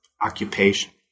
occupation